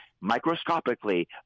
microscopically